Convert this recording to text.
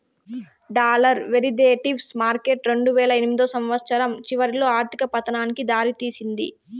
dollar derivatives market రెండువేల ఎనిమిదో సంవచ్చరం చివరిలో ఆర్థిక పతనానికి దారి తీసింది